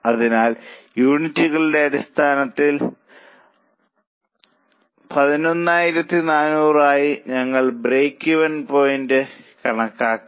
അതിനാൽ യൂണിറ്റുകളുടെ അടിസ്ഥാനത്തിൽ 11400 ആയി ഞങ്ങൾ ബ്രേക്ക്ഈവൻ പോയിന്റ് കണക്കാക്കി